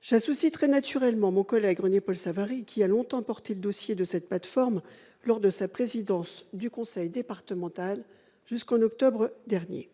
J'associe très naturellement mon collègue René-Paul Savary, qui a longtemps porté le dossier de cette plateforme lors de sa présidence du conseil départemental, jusqu'en octobre dernier